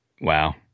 Wow